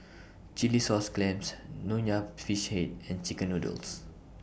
Chilli Sauce Clams Nonya Fish Head and Chicken Noodles